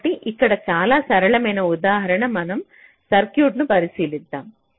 కాబట్టి ఇక్కడ చాలా సరళమైన ఉదాహరణ మనం సర్క్యూట్ను పరిశీలిస్తాము